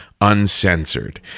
uncensored